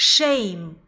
Shame